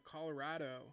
Colorado